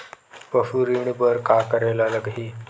पशु ऋण बर का करे ला लगही?